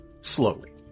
slowly